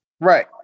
Right